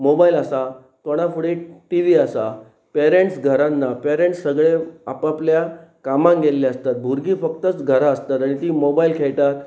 mobile आसा तोंडा फुडें टि वी आसा पेरनट्स घरान ना पेरंट्स सगळे आपपल्या कामां गेल्ले आसतात भुरगीं फक्तच घरां आसतात आनी तीं मोबायल खेळटात